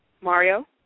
Mario